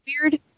weird